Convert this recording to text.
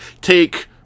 take